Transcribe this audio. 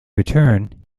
return